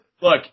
look